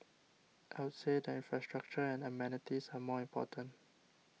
I would say the infrastructure and amenities are more important